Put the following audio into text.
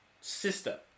sister